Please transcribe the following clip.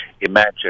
imagine